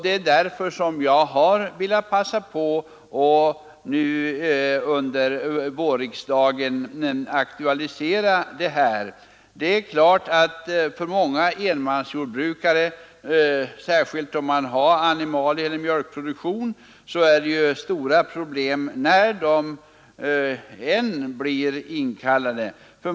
Det är klart att det för många som driver enmansjordbruk — särskilt om de har animalieeller mjölkproduktion — uppstår stora problem när de än blir inkallade.